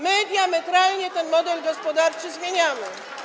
My diametralnie ten model gospodarczy zmieniamy.